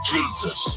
Jesus